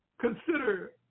consider